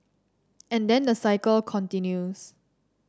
and then the cycle continues